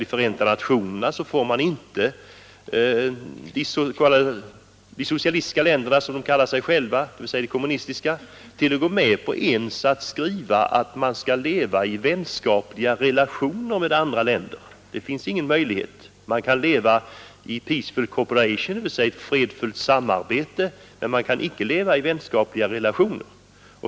I FN t.ex. får man inte de socialistiska länderna som de kallar sig själva — dvs. de kommunistiska — att gå med på ens att skriva att man skall leva i vänskapliga relationer med andra länder. Man kan leva i peaceful cooperation, dvs. fredligt samarbete, men inte ha vänskapliga relationer.